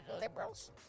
liberals